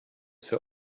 für